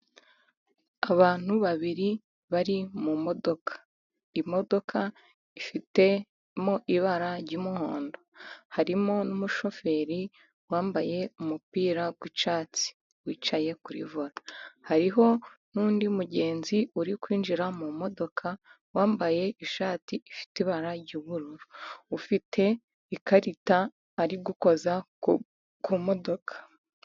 Abantu babiri bari mumodoka. Imodoka ifitemo ibara ry'umuhondo. Harimo n'umushoferi wambaye umupira w'icyatsi wicaye kuri vora. Hariho n'undi mugenzi uri kwinjira mu modoka, wambaye ishati ifite ibara ry'ubururu, ufite ikarita ari gukoza ku modoka.